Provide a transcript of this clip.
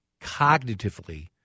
cognitively